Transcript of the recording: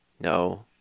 no